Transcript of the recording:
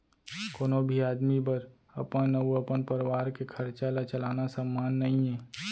कोनो भी आदमी बर अपन अउ अपन परवार के खरचा ल चलाना सम्मान नइये